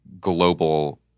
global